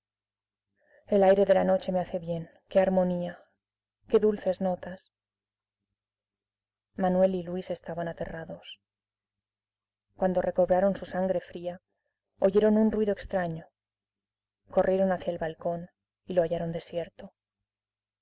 el aire de la noche me hace bien qué armonía qué dulces notas manuel y luis estaban aterrados cuando recobraron su sangre fría oyeron un ruido extraño corrieron hacia el balcón y lo hallaron desierto